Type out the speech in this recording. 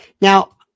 Now